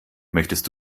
möchtest